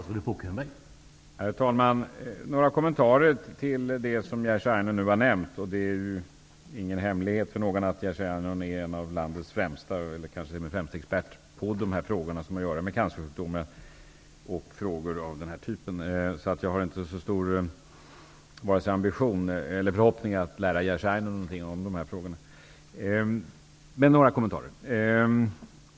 Herr talman! Några kommentarer till det som Jerzy Einhorn nu har nämnt. Det är ingen hemlighet för någon att Jerzy Einhorn är en av landets främsta eller kanske t.o.m. den främste experten på de frågor som har att göra med cancersjukdomar och frågor av denna typ, och jag har därför inte så stor vare sig ambition eller förhoppning att kunna lära Jerzy Einhorn något om dessa frågor. Men ändå några kommentarer.